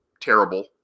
terrible